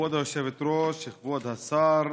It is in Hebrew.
כבוד היושבת-ראש, כבוד השר,